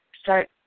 start